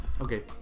Okay